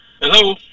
Hello